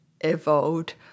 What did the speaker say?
evolved